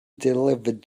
delivered